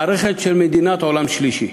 מערכת של מדינת עולם שלישי.